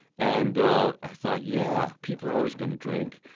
and i thought, yeah, people are always going to drink.